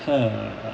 !huh!